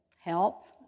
help